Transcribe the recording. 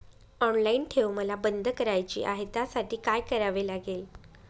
Online ठेव मला बंद करायची आहे, त्यासाठी काय करावे लागेल?